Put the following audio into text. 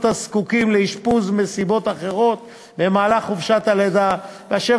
הזקוקים לאשפוז מסיבות אחרות במהלך חופשת הלידה ואשר